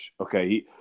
okay